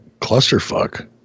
clusterfuck